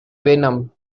venom